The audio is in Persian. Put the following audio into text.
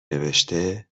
نوشته